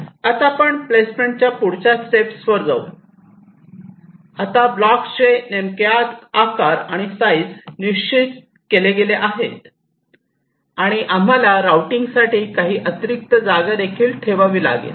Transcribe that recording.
आता आपण प्लेसमेंटच्या पुढच्या स्टेप्सवर जाऊ आता ब्लॉक्सचे नेमके आकार आणि साईज निश्चित केले गेले आहेत आणि आम्हाला राऊटिंगसाठी काही अतिरिक्त जागा देखील ठेवावी लागेल